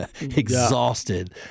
exhausted